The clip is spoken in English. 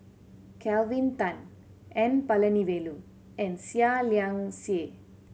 Kelvin Tan N Palanivelu and Seah Liang Seah